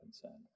concern